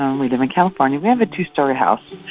um we live in california. we have a two-story house.